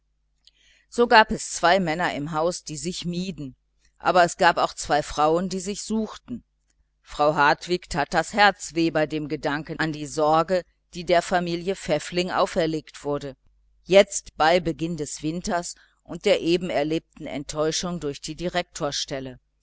so gab es zwei männer im haus die sich mieden aber es gab auch zwei frauen die sich suchten frau hartwig tat das herz weh bei dem gedanken an die sorge die der familie pfäffling auferlegt wurde jetzt bei beginn des winters und nach der eben erlebten enttäuschung durch die